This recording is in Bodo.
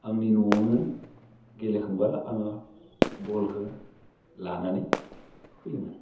आंनि न'आवनो गेलेखांबा आं बलखौ लानानै फैयोमोन